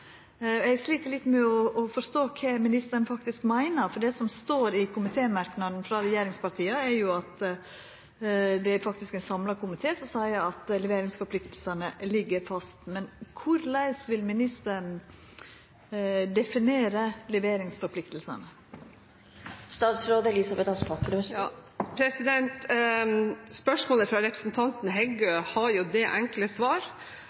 samanheng. Eg slit litt med å forstå kva ministeren faktisk meiner, for det som står i komitémerknaden frå regjeringspartia, er at det faktisk er ein samla komité som seier at leveringsplikta ligg fast. Korleis vil ministeren definera leveringspliktene? Spørsmålet fra representanten Heggø har det enkle svar at det er ingen som